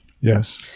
Yes